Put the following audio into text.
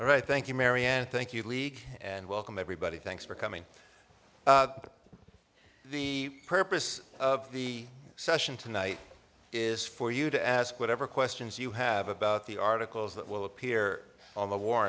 right thank you mary and thank you league and welcome everybody thanks for coming the purpose of the session tonight is for you to ask whatever questions you have about the articles that will appear on the war